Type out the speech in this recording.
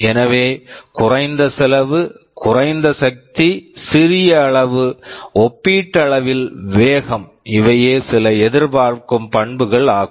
எனவே குறைந்த செலவு குறைந்த சக்தி சிறிய அளவு ஒப்பீட்டளவில் வேகம் இவையே சில எதிர்பார்க்கும் பண்புகள் ஆகும்